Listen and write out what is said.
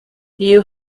you